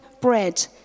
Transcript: bread